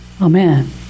amen